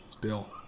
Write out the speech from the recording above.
Bill